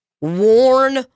worn